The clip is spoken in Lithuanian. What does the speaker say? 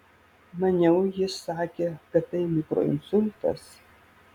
maniau jis sakė kad tai mikroinsultas